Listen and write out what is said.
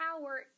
power